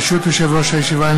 ברשות יושב-ראש הישיבה,